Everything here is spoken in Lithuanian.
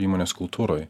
įmonės kultūroj